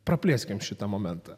praplėskime šitą momentą